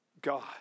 God